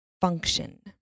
function